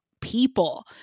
people